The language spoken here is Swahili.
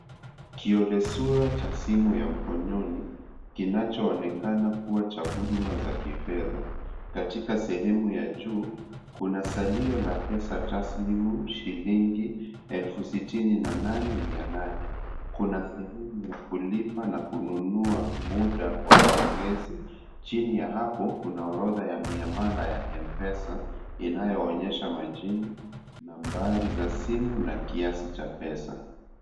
Kiolesura cha simu ya mkononi kinachoonekana kuwa cha huduma za kifedha. Katika sehemu ya juu, kuna salio la pesa taslim shilingi 68,800. Kuna sehemu ya kulipa na kununua muda wa maongezi. Chini ya hapo kuna orodha ya miamala ya mpesa inayoonyesha majini, nambari za simu na kiasi cha pesa.